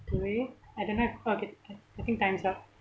really I don't if okay I think time's up